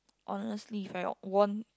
honestly if I won